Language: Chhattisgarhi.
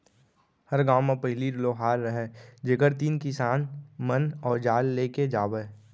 हर गॉंव म पहिली लोहार रहयँ जेकर तीन किसान मन अवजार लेके जावयँ